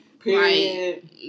Period